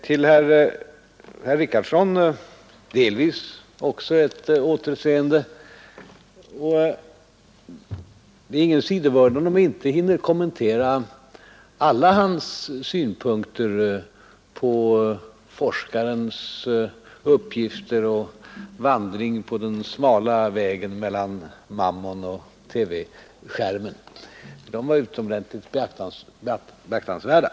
Det var delvis också ett återseende vad herr Richardson angår, och det är ingen sidovördnad om jag nu inte hinner kommentera alla hans synpunkter på forskarens uppgifter och forskarens vandring på den smala vägen mellan Mammon och TV-skärmen. De är utomordentligt beaktansvärda.